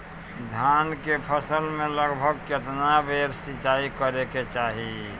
धान के फसल मे लगभग केतना बेर सिचाई करे के चाही?